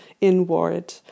inward